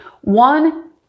One